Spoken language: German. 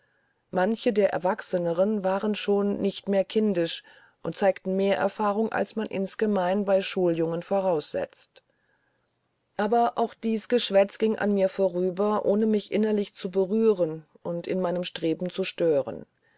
manche der erwachseneren waren schon nicht mehr kindisch und zeigten mehr erfahrung als man insgemein bei schuljungen voraussetzt aber auch dieß geschwätz ging an mir vorüber ohne mich innerlich zu berühren und in meinem streben zu stören